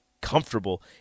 comfortable